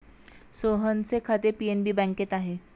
सोहनचे खाते पी.एन.बी बँकेत आहे